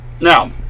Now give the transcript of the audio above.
Now